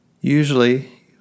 Usually